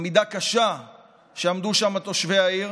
עמידה קשה עמדו שם תושבי העיר